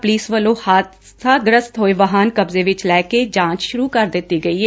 police ਵੱਲੋਂ ਹਾਦਸਾਗ੍ਸਤ ਹੈਏ ਵਾਹਨ ਕਬਜ਼ੇ ਵਿਚ ਲੈਕੇ ਜਾਚ ਸੁਰੂ ਕਰ ਦਿੱਡੀ ਗਈ ਏ